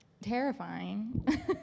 Terrifying